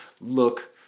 look